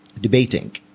debating